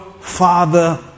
father